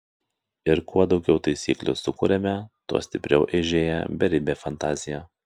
ir kuo daugiau taisyklių sukuriame tuo stipriau eižėja beribė fantazija